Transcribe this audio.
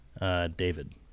David